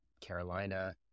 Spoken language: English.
Carolina